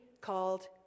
called